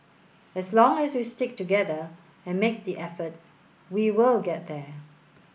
as long as we stick together and make the effort we will get there